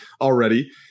already